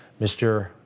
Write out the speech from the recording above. Mr